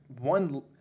one